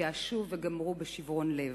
התייאשו וגמרו בשיברון לב.